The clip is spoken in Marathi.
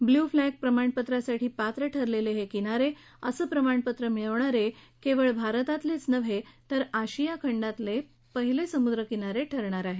ब्ल्यू फ्लॅग प्रमाणपत्रासाठी पात्र ठरलेले हे किनारे असं प्रमाणपत्र मिळवणारे केवळ भारतातलेच नाही तर आशिया खंडातले पहिले समुद्र किनारे ठरणार आहेत